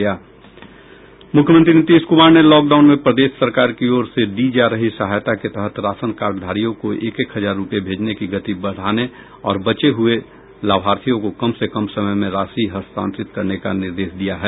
मुख्यमंत्री नीतीश कुमार ने लॉकडाउन में प्रदेश सरकार की ओर से दी जा रही सहायता के तहत राशन कार्डधारियों को एक एक हजार रुपये भेजने की गति बढ़ाने और बचे हुए लाभार्थियों को कम से कम समय में राशि हस्तांतरित करने का निर्देश दिया है